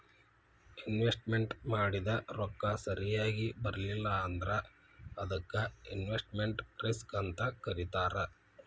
investment ಮಾಡಿದ್ ರೊಕ್ಕ ಸರಿಯಾಗ್ ಬರ್ಲಿಲ್ಲಾ ಅಂದ್ರ ಅದಕ್ಕ ಇನ್ವೆಸ್ಟ್ಮೆಟ್ ರಿಸ್ಕ್ ಅಂತ್ ಕರೇತಾರ